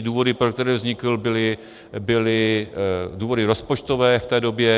Důvody, pro které vznikl, byly důvody rozpočtové v té době.